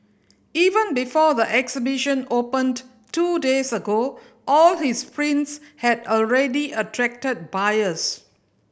even before the exhibition opened two days ago all his prints had already attracted buyers